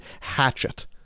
hatchet